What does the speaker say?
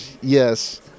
Yes